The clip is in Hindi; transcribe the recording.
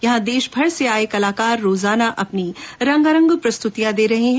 यहां देशभर से आये कलाकार रोजाना अपनी रंगारंग प्रस्तुतियां दे रहे हैं